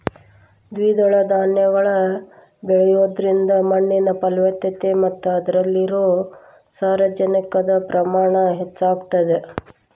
ದ್ವಿದಳ ಧಾನ್ಯಗಳನ್ನ ಬೆಳಿಯೋದ್ರಿಂದ ಮಣ್ಣಿನ ಫಲವತ್ತತೆ ಮತ್ತ ಅದ್ರಲ್ಲಿರೋ ಸಾರಜನಕದ ಪ್ರಮಾಣ ಹೆಚ್ಚಾಗತದ